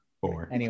Four